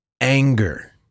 anger